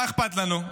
מה אכפת לנו?